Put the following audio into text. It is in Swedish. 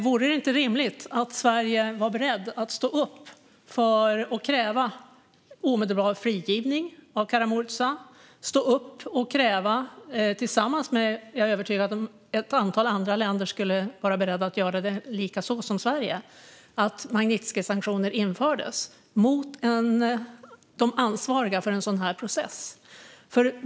Vore det inte rimligt att Sverige är berett att stå upp för och kräva omedelbar frigivning av Kara-Murza? Jag är övertygad om att ett antal andra länder också skulle vara beredda att göra det. Det handlar om att införa Magnitskijsanktioner mot de ansvariga för en sådan här process.